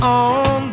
on